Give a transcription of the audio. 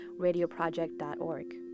radioproject.org